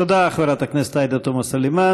תודה, חברת הכנסת עאידה תומא סלימאן.